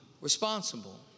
responsible